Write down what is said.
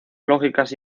lógicas